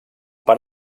per